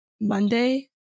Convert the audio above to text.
Monday